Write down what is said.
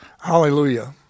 Hallelujah